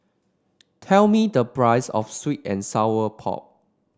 tell me the price of sweet and Sour Pork